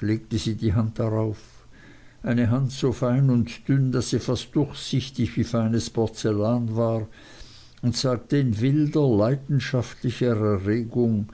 legte sie die hand darauf eine hand so fein und dünn daß sie fast durchsichtig wie feines porzellan war und sagte in wilder leidenschaftlicher erregung